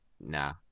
nah